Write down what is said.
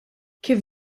kif